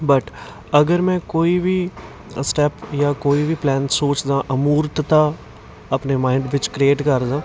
but ਅਗਰ ਮੈਂ ਕੋਈ ਵੀ ਸਟੈਪ ਜਾਂ ਕੋਈ ਵੀ ਪਲੈਨ ਸੋਚਦਾਂ ਅਮੂਰਤਤਾ ਆਪਣੇ ਮਾਇੰਡ ਵਿੱਚ ਕ੍ਰੀਏਟ ਕਰਦਾ